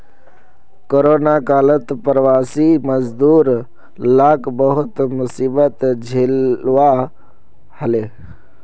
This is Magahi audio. कोरोना कालत प्रवासी मजदूर लाक बहुत मुसीबत झेलवा हले